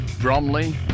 Bromley